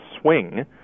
swing